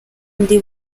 ndi